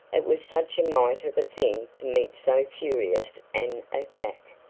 it was such a mite of a thing to meet so furious an attack.